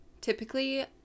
Typically